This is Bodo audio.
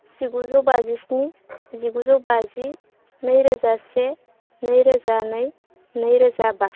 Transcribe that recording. जिगुजौ बाजिस्नि जिगुजौ बाजि नैरोजा से नैरोजा नै नैरोजा बा